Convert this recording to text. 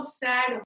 sad